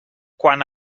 quan